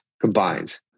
combined